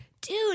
dude